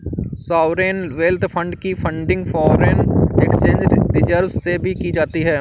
sovereign wealth fund की funding foreign exchange reserves से भी की जाती है